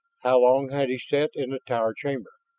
how long had he sat in the tower chamber?